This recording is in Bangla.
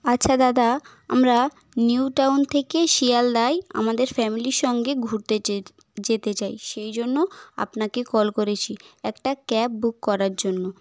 আচ্ছা দাদা আমরা নিউটাউন থেকে শিয়ালদায় আমাদের ফ্যামিলির সঙ্গে ঘুরতে যেতে চাই সেই জন্য আপনাকে কল করেছি একটা ক্যাব বুক করার জন্য